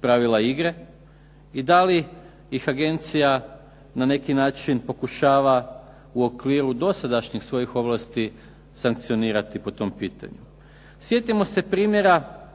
pravila igre i da li ih Agencija na neki način pokušava u okviru dosadašnjih svojih ovlasti sankcionirati po tom pitanju? Sjetimo se primjera kada